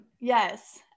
Yes